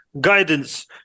guidance